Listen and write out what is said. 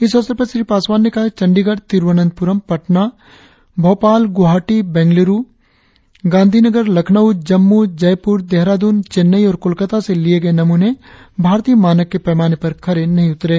इस अवसर पर श्री पासवान ने कहा कि चंडीगढ़ तिरुअनन्तपुरम पटना भोपाल गुवाहाटी बैंकलूरु गांधीनगर लखनऊ जम्मू जयपुर देहरादून चेन्नई और कोलकाता से लिये गये नमूने भारतीय मानक के पैंमाने पर खरे नहीं उतरे